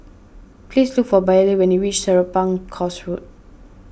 please look for Billye when you reach Serapong Course Road